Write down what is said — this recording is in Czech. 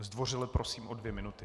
Zdvořile prosím o dvě minuty.